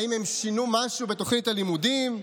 האם הם שינו משהו בתוכנית הלימודים?